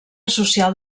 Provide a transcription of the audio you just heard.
social